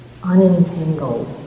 unentangled